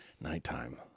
nighttime